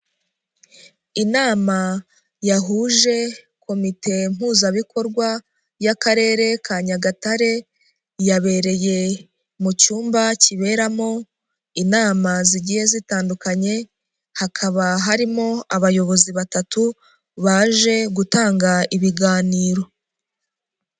Inama yahuje komite mpuzabikorwa y'akarere ka Nyagatare, yabereye mu cyumba kiberamo inama zigiye zitandukanye, hakaba harimo abayobozi batatu baje gutanga ibiganiro.